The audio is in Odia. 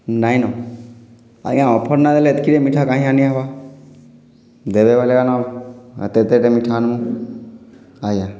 ନାହିଁନ ଆଜ୍ଞା ଅଫର୍ ନଦେଲେ ଏତକିଟେ ମିଠା କାହିଁ ଆନିହେବା ଦେବେ ବେଳେ ନ ଆଉ ଏତେ ଏତେଟେ ମିଠା ଆନମୁ ଆଜ୍ଞା